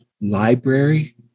library